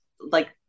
like-